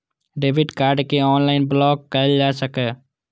debit card कें online block कैल जा सकैए